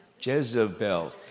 Jezebel